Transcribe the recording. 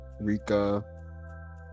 Rika